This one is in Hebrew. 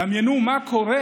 דמיינו מה קורה